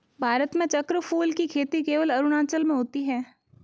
भारत में चक्रफूल की खेती केवल अरुणाचल में होती है